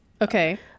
Okay